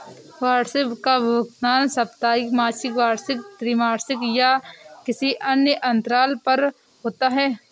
वार्षिकी का भुगतान साप्ताहिक, मासिक, वार्षिक, त्रिमासिक या किसी अन्य अंतराल पर होता है